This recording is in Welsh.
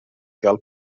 gael